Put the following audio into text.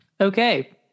okay